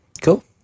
Cool